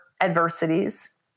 adversities